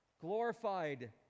Glorified